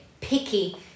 picky